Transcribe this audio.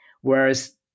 whereas